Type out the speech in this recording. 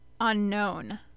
...unknown